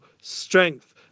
strength